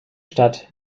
stadt